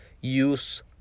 use